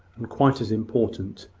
and quite as important,